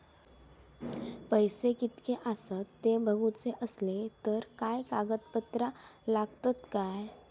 पैशे कीतके आसत ते बघुचे असले तर काय कागद पत्रा लागतात काय?